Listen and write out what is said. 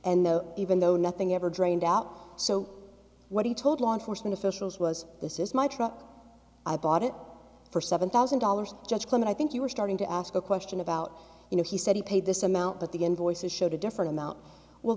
and even though nothing ever drained out so what he told law enforcement officials was this is my truck i bought it for seven thousand dollars just claim and i think you were starting to ask a question about you know he said he paid this amount but the invoices showed a different amount well